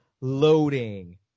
loading